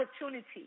opportunity